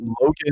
Logan